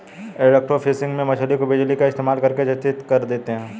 electrofishing में मछली को बिजली का इस्तेमाल करके अचेत कर देते हैं